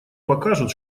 покажут